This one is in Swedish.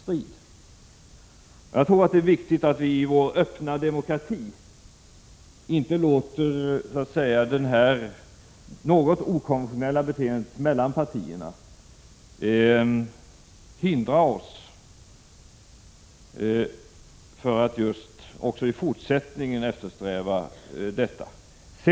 Det vore oacceptabelt att de skulle leda till en partipolitisk strid.